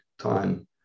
time